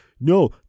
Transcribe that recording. no